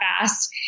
fast